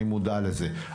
אני מודע לזה,